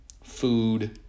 food